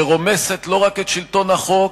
שרומסת לא רק את שלטון החוק,